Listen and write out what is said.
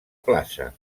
plaça